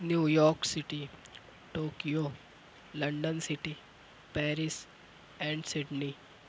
New York City Tokyo London city Paris and Sydney